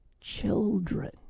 children